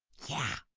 yeah.